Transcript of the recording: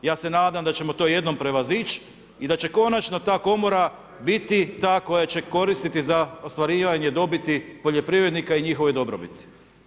Ja se nadam da ćemo to jednom prevazić i da će konačno ta komora biti ta koja će koristiti za ostvarivanje dobiti poljoprivrednika i njihove dobrobiti.